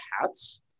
hats